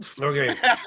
okay